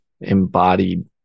embodied